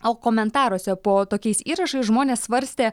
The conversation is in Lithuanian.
o komentaruose po tokiais įrašais žmonės svarstė